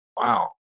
wow